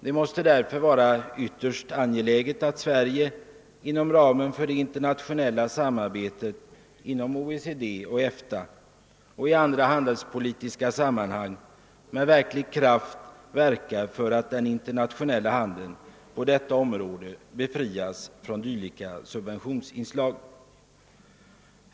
Det måste därför vara ytterst angeläget att Sverige inom ramen för det internationella samarbetet inom OECD och EFTA och i andra handelspolitiska sammanhang med kraft verkar för att den internationella handeln på detta område befrias från subventionsinslag.